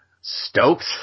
stoked